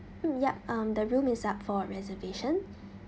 mm yup um the room is up for reservation